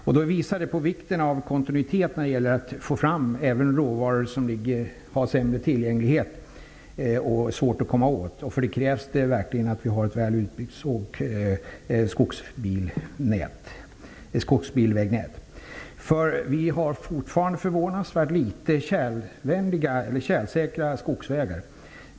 Detta visar vikten av kontinuitet när det gäller att få fram råvaror som har sämre tillgänglighet och är svåra att komma åt. Det krävs då verkligen ett väl utbyggt skogsbilvägnät. Det finns fortfarande förvånansvärt få tjälsäkra skogsvägar.